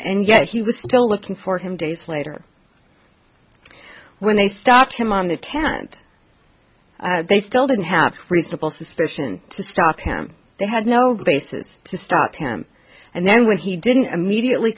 and yet he was still looking for him days later when they stopped him on the tenth they still didn't have reasonable suspicion to stop him they had no basis to stop him and then when he didn't immediately